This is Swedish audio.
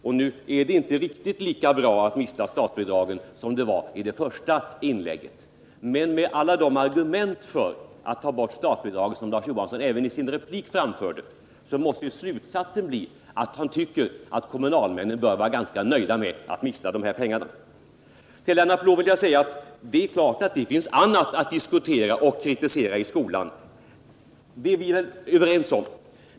Nu är det inte riktigt lika bra att mista statsbidraget som det verkade i det första inlägget. Men med alla de argument för att ta bort statsbidraget som Larz Johansson även i sin replik framförde måste slutsatsen bli att han tycker att kommunalmännen bör vara ganska nöjda med att mista de här pengarna. Till Lennart Blom vill jag säga att det är klart att det finns annat att diskutera och kritisera i skolan. Det är vi överens om.